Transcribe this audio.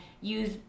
use